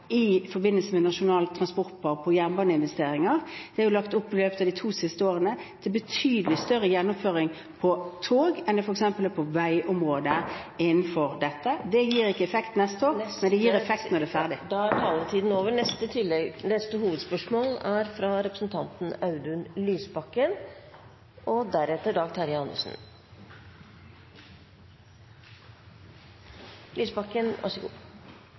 i forbindelse med Nasjonal transportplan. Det er det jo lagt opp til i løpet av de to siste årene. Det er betydelig større gjennomføring på tog enn det f.eks. er på veiområdet innenfor dette. Det gir ikke effekt neste år, men det gir effekt når det er ferdig. Da er taletiden over. Vi går til neste hovedspørsmål.